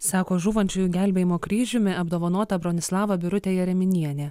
sako žūvančiųjų gelbėjimo kryžiumi apdovanota bronislava birutė jereminienė